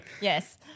Yes